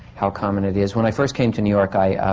how common it is. when i first came to new york, i.